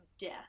death